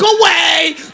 away